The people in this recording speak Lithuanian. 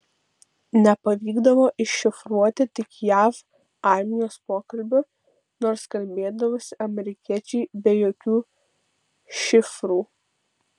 nepavykdavo iššifruoti tik jav armijos pokalbių nors kalbėdavosi amerikiečiai be jokių šifrų